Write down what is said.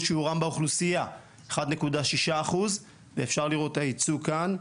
שיעורם באוכלוסייה - 1.6% אפשר לראות את הייצוג כאן.